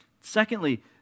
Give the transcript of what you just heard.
Secondly